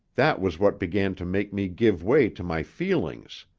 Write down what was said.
that was what began to make me give way to my feelings.